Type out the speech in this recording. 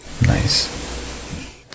Nice